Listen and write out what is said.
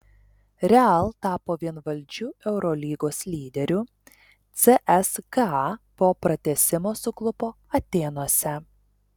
real tapo vienvaldžiu eurolygos lyderiu cska po pratęsimo suklupo atėnuose